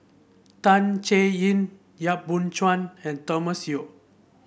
Tan Chay Yan Yap Boon Chuan and Thomas Yeo